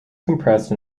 compressed